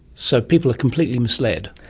so people are completely misled.